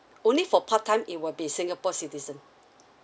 only for part time it will be singapore citizen